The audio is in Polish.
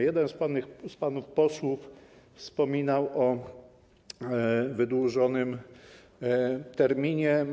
Jeden z panów posłów wspominał o wydłużonym terminie.